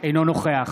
אינו נוכח